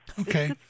okay